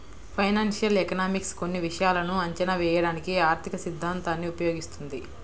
financial economics కొన్ని విషయాలను అంచనా వేయడానికి ఆర్థికసిద్ధాంతాన్ని ఉపయోగిస్తుంది